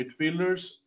midfielders